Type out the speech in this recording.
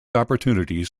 opportunities